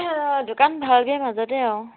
দোকান ভাল বেয়া মাজতে আৰু